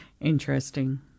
interesting